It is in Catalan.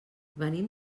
venim